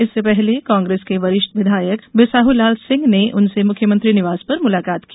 इससे पहले कांग्रेस के वरिष्ठ विधायक बिसाहूलाल सिंह ने उनसे मुख्यमंत्री निवास पर मुलाकात की